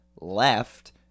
Left